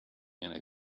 and